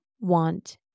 want